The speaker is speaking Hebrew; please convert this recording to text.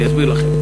אני אסביר לכם.